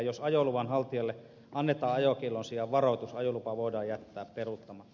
jos ajoluvan haltijalle annetaan ajokiellon sijaan varoitus ajolupa voidaan jättää peruuttamatta